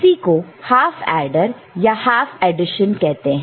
इसी को half adder या हाफ एडिशन कहते हैं